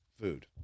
food